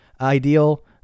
ideal